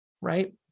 right